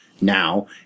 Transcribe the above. now